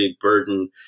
burden